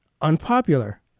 unpopular